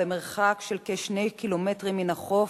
במרחק של כ-2 קילומטרים מן החוף,